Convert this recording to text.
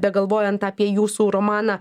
begalvojant apie jūsų romaną